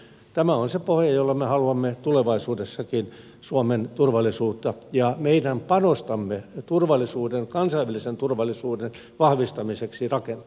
tämä on se pohja jolle me haluamme tulevaisuudessakin suomen turvallisuutta ja meidän panostamme turvallisuuden kansainvälisen turvallisuuden vahvistamiseksi rakentaa